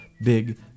big